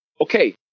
okay